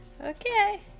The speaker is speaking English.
Okay